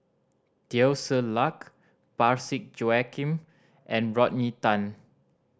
Teo Ser Luck Parsick Joaquim and Rodney Tan